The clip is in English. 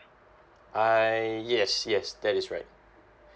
err yes yes that is right